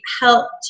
help